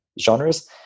genres